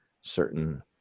certain